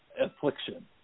affliction